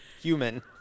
human